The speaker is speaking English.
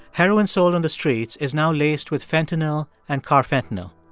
heroin sold on the streets is now laced with fentanyl and carfentanil.